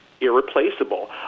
irreplaceable